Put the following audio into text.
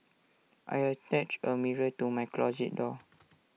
I attached A mirror to my closet door